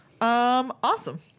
Awesome